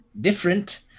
different